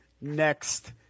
next